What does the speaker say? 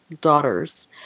daughters